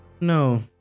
No